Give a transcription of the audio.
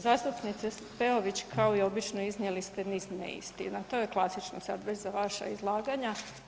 Zastupnice Peović, kao i obično iznijeli ste niz neistina, to je klasično sad već za vaša izlaganja.